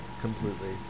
completely